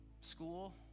school